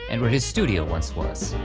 and where his studio once was.